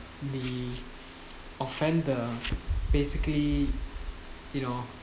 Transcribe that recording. the offender basically you know